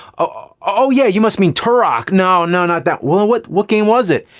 oh yeah, you must mean tarak? no. no, not that. well what, what game was it?